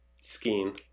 Skiing